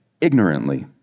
ignorantly